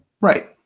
right